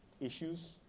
issues